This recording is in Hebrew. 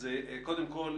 קודם כול,